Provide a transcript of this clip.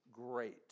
great